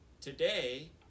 today